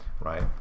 right